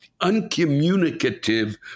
uncommunicative